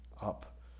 up